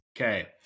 Okay